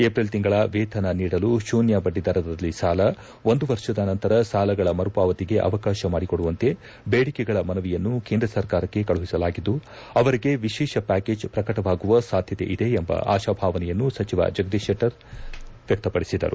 April ತಿಂಗಳ ವೇತನ ನೀಡಲು ಶೂನ್ಯ ಬಡ್ಡಿದರದಲ್ಲಿ ಸಾಲ ಒಂದು ವರ್ಷದ ನಂತರ ಸಾಲಗಳ ಮರುಪಾವತಿಗೆ ಅವಕಾಶ ಮಾಡಿಕೊಡುವಂತೆ ಬೇಡಿಕೆಗಳ ಮನವಿಯನ್ನು ಕೇಂದ್ರ ಸರ್ಕಾರಕ್ಕೆ ಕಳುಹಿಸಲಾಗಿದ್ದು ಅವರಿಗೆ ವಿಶೇಷ ಪ್ಯಾಕೇಜ್ ಪ್ರಕಟವಾಗುವ ಸಾಧ್ಯತೆ ಇದೆ ಎಂಬ ಆಶಾಭಾವನೆಯನ್ನು ಸಚಿವ ಜಗದೀಶ್ ಶೆಟ್ಟರ್ ವ್ಯಕ್ತಪಡಿಸಿದರು